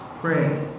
Pray